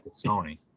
Sony